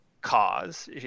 cause